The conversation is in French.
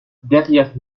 derrière